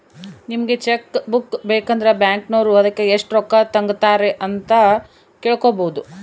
ನಿಮಗೆ cheque book ಬೇಕಂದ್ರ ಬ್ಯಾಕಿನೋರು ಅದಕ್ಕೆ ಎಷ್ಟು ರೊಕ್ಕ ತಂಗತಾರೆ ಅಂತ ಕೇಳಬೊದು